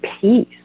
peace